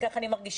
כך אני מרגישה,